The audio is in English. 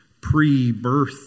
pre-birth